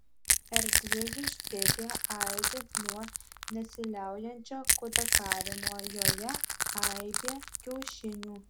erdvi vištidė aidi nuo nesiliaujančio kudakavimo joje aibė kiaušinių